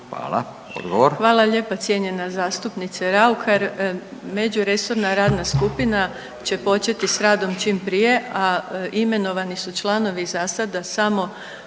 Hvala. Odgovor.